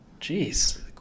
Jeez